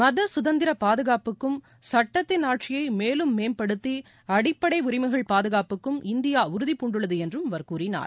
மத குதந்திர பாதுகாப்புக்கும் சுட்டத்தின் ஆட்சியை மேலும் மேம்படுத்தி அடிப்படை உரிமைகள் பாதுகாப்புக்கும் இந்தியா உறுதி பூண்டுள்ளது என்றும் அவர் கூறினார்